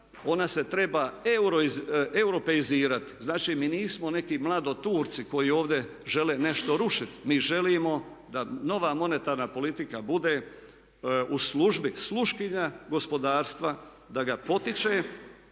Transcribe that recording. ona se treba europeizirati. Znači, mi nismo neki mladi Turci koji ovdje žele nešto rušiti, mi želimo da nova monetarna politika bude u službi sluškinja gospodarstva, da ga potiče